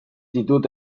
ditut